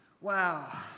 Wow